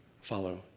follow